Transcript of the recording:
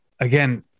again